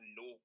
no